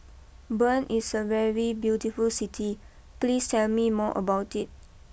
Bern is a very beautiful City please tell me more about it